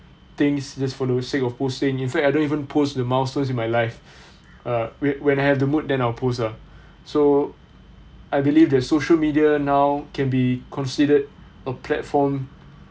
things just for the sake of posting in fact I don't even post the milestones in my life uh when when I have the mood then I'll post ah so I believe that social media now can be considered a platform